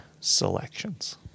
selections